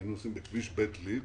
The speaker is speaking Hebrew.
היינו נוסעים בכביש בית ליד